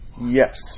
Yes